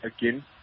Again